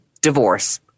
divorce